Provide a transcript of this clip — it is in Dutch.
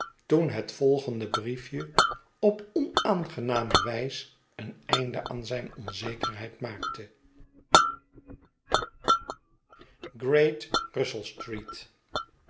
toen het volgende brief je op onaangename wys een einde aan zijn onzekerheid maakte great